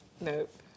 nope